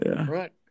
right